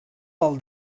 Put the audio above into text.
pel